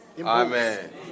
Amen